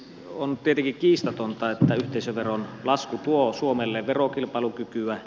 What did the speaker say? on tietenkin kiistatonta että yhteisöveron lasku tuo suomelle verokilpailukykyä